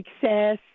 success